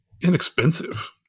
Inexpensive